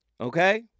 okay